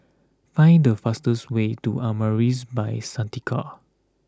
find the fastest way to Amaris By Santika